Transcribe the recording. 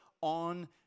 on